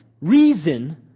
reason